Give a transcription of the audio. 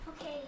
Okay